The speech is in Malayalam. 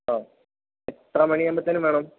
ആ എത്ര മണിയാകുമ്പോഴത്തേക്ക് വേണം